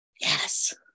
Yes